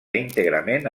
íntegrament